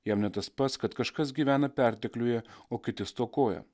jam ne tas pats kad kažkas gyvena pertekliuje o kiti stokoja